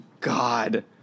God